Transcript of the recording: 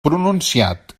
pronunciat